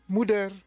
Moeder